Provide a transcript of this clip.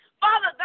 Father